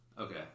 Okay